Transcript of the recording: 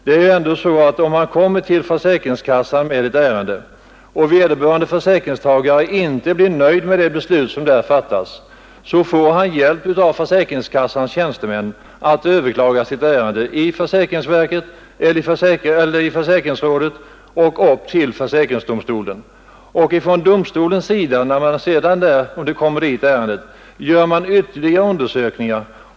Om en försäkringstagare kommer till en försäkringskassa med ett ärende och inte blir nöjd med det beslut som där fattas, får han hjälp av försäkringskassans tjänstemän att överklaga sitt ärende i försäkringsrådet och upp till försäkringsdomstolen. När ärendet sedan kommer till försäkringsdomstolen gör man där ytterligare undersökningar.